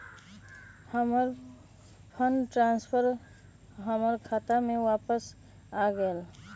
हमर fund transfer हमर खाता में वापस आ गेल